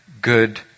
good